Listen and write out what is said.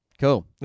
Cool